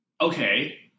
Okay